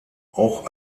auch